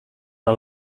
are